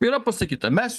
yra pasakyta mes